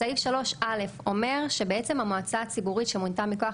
סעיף 3 (א) אומר שבעצם המועצה הציבורית שמונתה מכוח